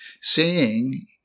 seeing